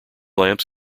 lamps